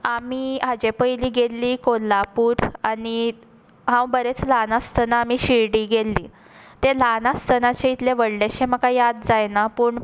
आमी हाचे पयलीं गेल्लीं कोल्हापूर आनी हांव बरेंच ल्हान आसतना आमी शिर्डी गेल्लीं तें ल्हान आसतनाचें म्हाका इतलें याद जायना पूण